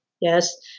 yes